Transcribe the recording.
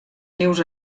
nius